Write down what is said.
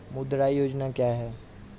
मुद्रा योजना क्या है?